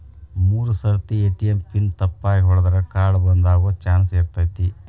ಮೂರ್ ಸರ್ತಿ ATM PIN ತಪ್ಪಾಗಿ ಹೊಡದ್ರ ಕಾರ್ಡ್ ಬಂದಾಗೊ ಚಾನ್ಸ್ ಇರ್ತೈತಿ